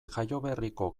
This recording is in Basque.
jaioberriko